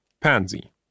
Pansy